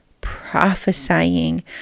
prophesying